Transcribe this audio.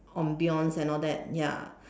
ambience and all that ya